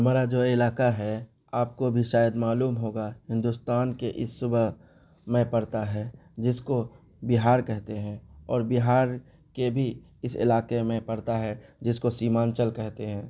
ہمارا جو علاقہ ہے آپ کو بھی شاید معلوم ہوگا ہندوستان کے اس صوبہ میں پڑتا ہے جس کو بہار کہتے ہیں اور بہار کے بھی اس علاقے میں پڑتا ہے جس کو سیمانچل کہتے ہیں